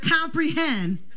comprehend